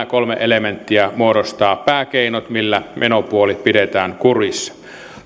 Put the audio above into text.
kolme elementtiä muodostavat pääkeinot millä menopuoli pidetään kurissa